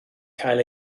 cael